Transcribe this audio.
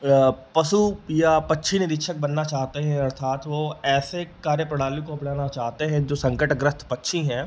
व पशु या पक्षी निरीक्षक बनना चाहते हैं अर्थात वह ऐसे कार्य प्रणाली को अपनाना चाहते हैं जो संकटग्रस्त पक्षी है